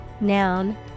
noun